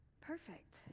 perfect